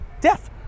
death